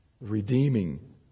Redeeming